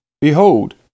behold